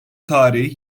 tarihi